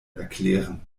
erklären